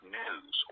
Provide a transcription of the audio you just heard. news